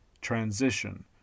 transition